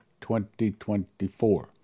2024